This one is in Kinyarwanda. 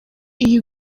iyi